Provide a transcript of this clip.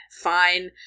Fine